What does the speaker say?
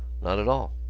not at all.